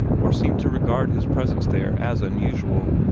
or seemed to regard his presence there as unusual.